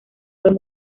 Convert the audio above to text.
buen